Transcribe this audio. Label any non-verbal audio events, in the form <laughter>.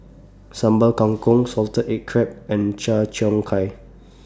Sambal Kangkong Salted Egg Crab and <unintelligible> Cheong Gai